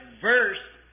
verse